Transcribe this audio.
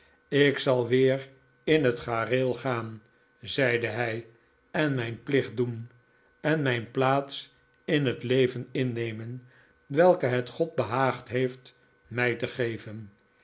ik zal weer in het gareel gaan zeide hij en mijn plicht doen en mijn plaats in het leven innemen welke het god behaagd heeft mij te geven